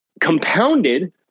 compounded